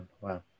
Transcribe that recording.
wow